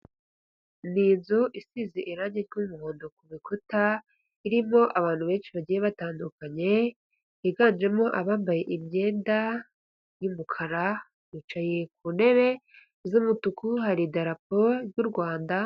Ni inzu isize irange ry'umuhondo ku bikuta, irimo abantu benshi bagiye batandukanye, higanjemo abambaye imyenda y'umukara, bicaye ku ntebe z'umutuku, hari idarapo ry'u Rwanda...